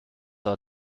are